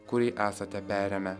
kurį esate perėmę